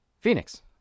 Phoenix